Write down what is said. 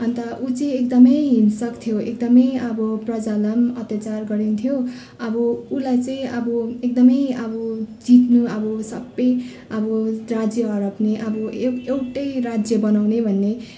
अन्त ऊ चाहिँ एकदम हिँस्रक थियो एकदम अब प्रजालाई अत्याचार गर्थ्यौ अब उसलाई चाहिँ अब एकदम अब जित्न अब सबै अब राज्य हड्पने अब एउ एउटै राज्य बनाउने भन्ने